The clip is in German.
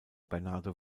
bernardo